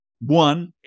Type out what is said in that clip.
one